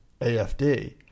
AFD